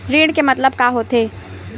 ऋण के मतलब का होथे?